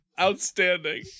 Outstanding